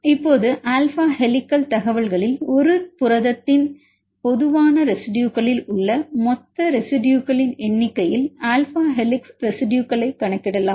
இப்போது alpha helical தகவல்களில் ஒரு புரதத்தின் பொதுவான ரெசிடுயுக்களில் உள்ள மொத்த ரெசிடுயுக்களின் எண்ணிக்கையில் ஆல்பா ஹெலிக்ஸ் ரெசிடுயுகளை கணக்கிடலாம்